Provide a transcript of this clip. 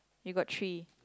you got three